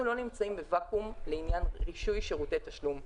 אנחנו לא נמצאים בוואקום לעניין רישוי שירותי תשלום.